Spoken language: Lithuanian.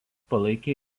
palaikė